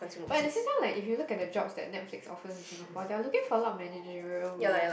but at the same time like if you look at the jobs that Netflix offers in Singapore they are looking for a lot of managerial roles